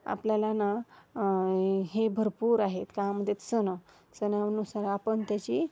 आपल्याला ना हे भरपूर आहेत का म्हणतात सण सणानुसार आपण त्याची